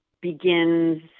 begins